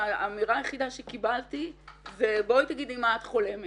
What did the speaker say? ואמירה היחידה שקיבלתי הייתה של בואי תאמרי מה את חולמת,